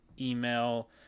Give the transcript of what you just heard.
email